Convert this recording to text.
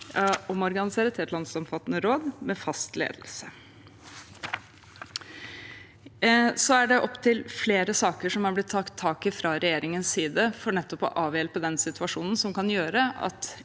det å omorganisere til et landsomfattende råd med fast ledelse. Det er opptil flere saker som er blitt tatt tak i fra regjeringens side for å avhjelpe den situasjonen som kan gjøre at